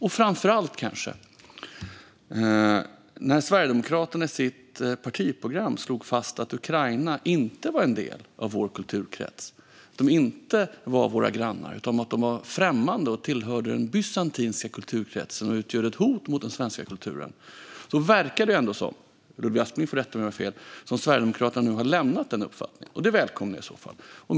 Sverigedemokraterna slog också fast i sitt partiprogram att Ukraina inte är en del av vår kulturkrets, inte är våra grannar, är främmande och tillhör den bysantinska kulturkretsen och utgör ett hot mot den svenska kulturen. Nu verkar det ändå som att - Ludvig Aspling får rätta mig om jag har fel - Sverigedemokraterna har lämnat den uppfattningen. Det välkomnar jag i så fall.